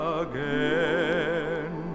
again